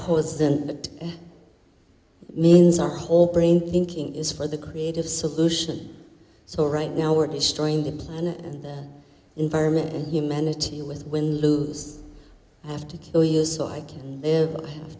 horse the means our whole brain thinking is for the creative solution so right now we're destroying the planet and the environment of humanity with windows i have to kill you so i can live but i have